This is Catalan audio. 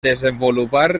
desenvolupar